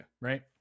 Right